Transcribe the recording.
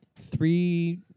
three